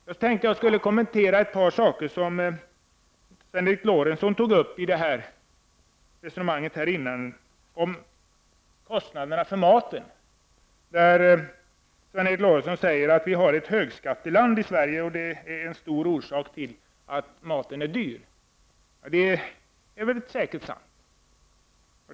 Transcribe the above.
Jag tänkte också kommentera ett par saker som Lorentzon sade att Sverige är ett högskatteland och att det är ett av de främsta skälen till att maten är dyr. Det är säkert sant.